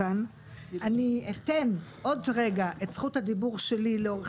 אני אתן עוד רגע את זכות הדיבור שלי לעורך